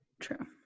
True